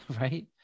right